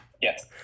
Yes